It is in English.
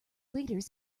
leaders